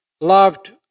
loved